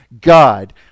God